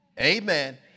Amen